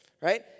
right